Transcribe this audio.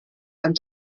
and